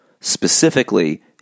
specifically